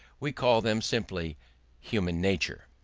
we call them simply human nature.